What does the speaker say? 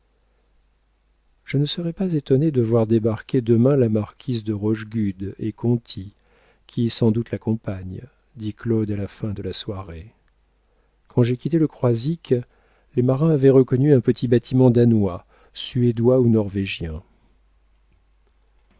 je ne serais pas étonné de voir débarquer demain la marquise de rochegude et conti qui sans doute l'accompagne dit claude à la fin de la soirée quand j'ai quitté le croisic les marins avaient reconnu un petit bâtiment danois suédois ou norwégien